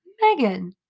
Megan